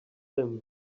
him